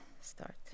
start